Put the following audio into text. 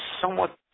somewhat